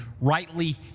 rightly